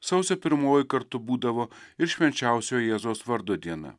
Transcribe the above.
sausio pirmoji kartu būdavo ir švenčiausio jėzaus vardo diena